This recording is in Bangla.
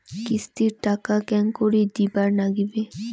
কিস্তির টাকা কেঙ্গকরি দিবার নাগীবে?